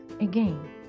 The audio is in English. again